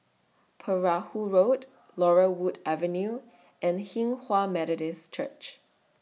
Perahu Road Laurel Wood Avenue and Hinghwa Methodist Church